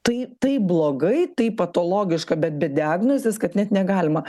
tai taip blogai taip patologiška bet be diagnozės kad net negalima